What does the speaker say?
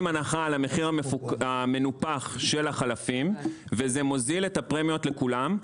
הנחה על המחיר המנופח של החלפים וזה מוזיל את הפרמיות לכולם,